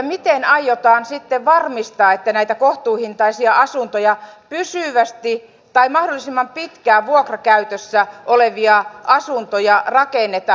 miten aiotaan sitten varmistaa että näitä kohtuuhintaisia asuntoja pysyvästi tai mahdollisimman pitkään vuokrakäytössä olevia asuntoja rakennetaan